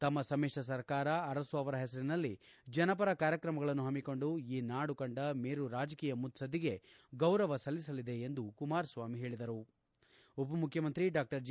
ತಮ್ನ ಸಮಿಶ್ರ ಸರ್ಕಾರ ಅರಸು ಅವರ ಹೆಸರಿನಲ್ಲಿ ಜನಪರ ಕಾರ್ಯಕ್ರಮಗಳನ್ನು ಹಮ್ಮಿಕೊಂಡು ಈ ನಾಡು ಕಂಡ ಮೇರು ರಾಜಕೀಯ ಮುತ್ತದ್ನಿಗೆ ಗೌರವ ಸಲ್ಲಿಸಲಿದೆ ಎಂದು ಕುಮಾರಸ್ವಾಮಿ ಹೇಳಿದರು ಉಪಮುಖ್ಯಮಂತ್ರಿ ಡಾ ಜಿ